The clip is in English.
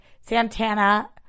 Santana